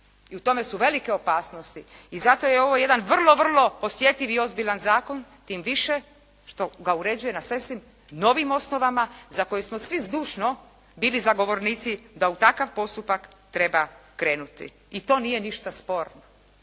i u tome su velike opasnosti. I zato je ovo jedan vrlo, vrlo osjetljiv i ozbiljan zakon tim više što ga uređuje na sasvim novim osnovama za koje smo svi zdušno bili zagovornici da u takav postupak treba krenuti i to nije ništa sporno.